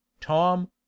tom